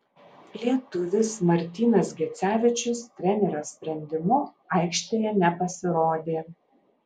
lietuvis martynas gecevičius trenerio sprendimu aikštėje nepasirodė